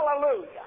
hallelujah